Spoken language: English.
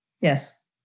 yes